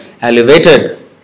elevated